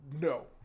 No